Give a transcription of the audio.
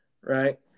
Right